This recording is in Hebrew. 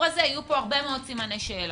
הזה יהיו פה הרבה מאוד סימני שאלה.